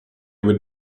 would